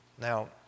Now